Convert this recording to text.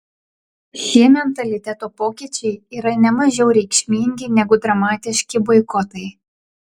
šie mentaliteto pokyčiai yra ne mažiau reikšmingi negu dramatiški boikotai